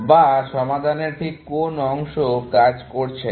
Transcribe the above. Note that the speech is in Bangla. বা সমাধানের ঠিক কোন অংশ কাজ করছে না